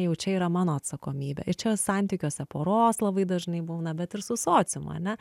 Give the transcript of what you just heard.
jau čia yra mano atsakomybė ir čia santykiuose poros labai dažnai būna bet ir su sociumu ane